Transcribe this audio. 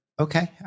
Okay